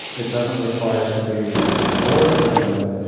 it doesn't require it to be on a board agenda.